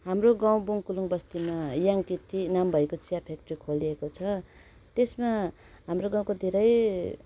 हाम्रो गाउँ बुङ्कलुङ बस्तीमा याङ्की टी नाम भएको चिया फ्याक्ट्री खोलिएको छ त्यसमा हाम्रो गाउँको धेरै